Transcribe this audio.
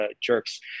jerks